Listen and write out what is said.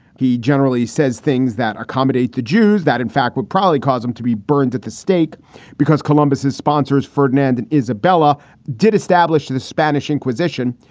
he generally says things that accommodate the jews that, in fact, would probably cause them to be burned at the stake because columbus has sponsors. ferdinand and isabella did establish the spanish inquisition.